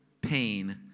pain